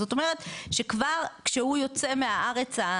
זאת אומרת שכבר כשהוא יוצא מהארץ,